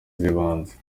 z’ibanze